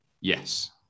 Yes